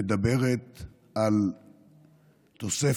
ההצעה מדברת על תוספת